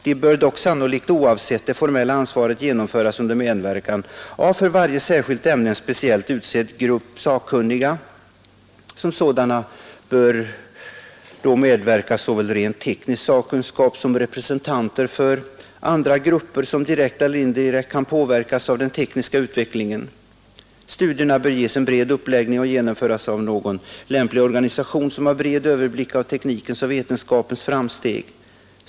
De bör dock sannolikt oavsett det formella ansvaret genomföras under medverkan av för varje särskilt ämne en speciellt utsedd grupp av sakkunniga. Som sådana bör medverka såväl rent teknisk sakkunskap som representanter för andra grupper, som direkt eller indirekt kan påverkas av den tekniska utvecklingen. Studierna bör ges en bred uppläggning och genomföras av någon lämplig organisation, som har bred överblick av teknikens och vetenskapens framsteg.